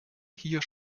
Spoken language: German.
hier